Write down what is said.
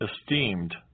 esteemed